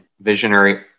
visionary